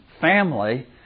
family